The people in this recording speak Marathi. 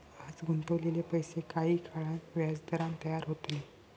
आज गुंतवलेले पैशे काही काळान व्याजदरान तयार होतले